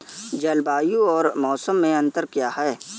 जलवायु और मौसम में अंतर क्या है?